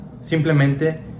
Simplemente